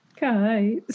guys